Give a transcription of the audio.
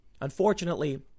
Unfortunately